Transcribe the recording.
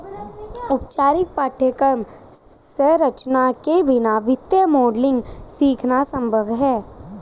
औपचारिक पाठ्यक्रम संरचना के बिना वित्तीय मॉडलिंग सीखना संभव हैं